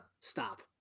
stop